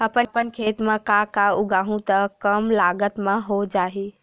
अपन खेत म का का उगांहु त कम लागत म हो जाही?